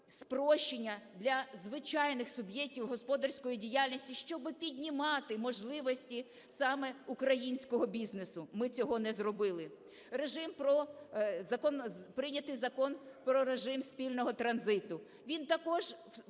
спрощення для звичайних суб'єктів господарської діяльності, щоб піднімати можливості саме українського бізнесу. Ми цього не зробили. Режим про… Прийнятий Закон про режим спільного транзиту. Він також в